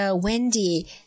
Wendy